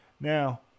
Now